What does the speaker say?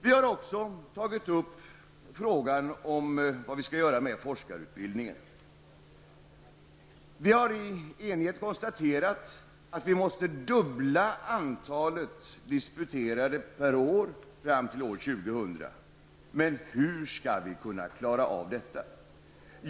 Vi har också tagit upp frågan om vad vi skall göra med forskarutbildningen. Vi har i enighet konstaterat att vi måste dubbla antalet disputerade per år fram till år 2000. Men hur skall vi kunna klara av detta?